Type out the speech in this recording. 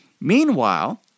Meanwhile